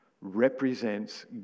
represents